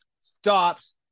stops